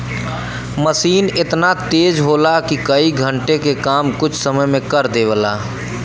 मसीन एतना तेज होला कि कई घण्टे के काम कुछ समय मे कर देवला